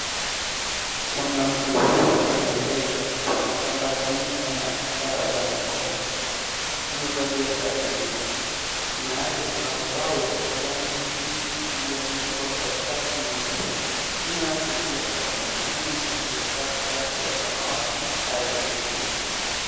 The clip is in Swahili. Mwanamke huyu anaeleza kitu akiambatanisha na ishara za mikono, amevalia shati nyeusi, nyuma yake kuna ubao wa kijani kibichi iliyoandikwa kwa chaki nyeupe. Nyuma yake pia pana mwanaume aliyevaa shati ya samawati na tai ya nyekundu.